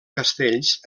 castells